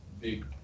Big